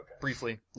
Briefly